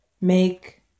make